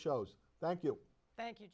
shows thank you thank you